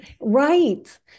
Right